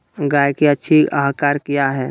गाय के अच्छी आहार किया है?